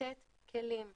לתת כלים א.